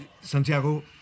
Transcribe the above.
Santiago